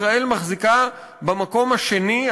ישראל מחזיקה במקום השני,